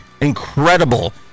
incredible